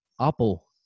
Apple